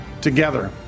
together